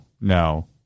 no